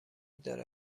داره